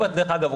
דרך אגב,